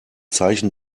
zeichen